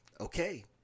okay